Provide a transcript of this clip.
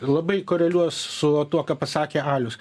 labai koreliuos su tuo ką pasakė alius